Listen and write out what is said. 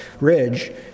ridge